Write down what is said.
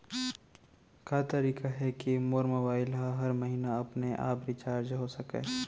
का तरीका हे कि मोर मोबाइल ह हर महीना अपने आप रिचार्ज हो सकय?